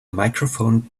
microphone